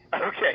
Okay